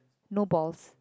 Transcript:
no balls